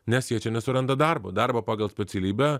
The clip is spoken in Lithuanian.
nes jie čia nesuranda darbo darbo pagal specialybę